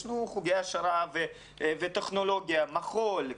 יש לנו חוגי העשרה וטכנולוגיה, מחול.